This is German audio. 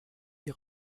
die